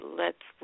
lets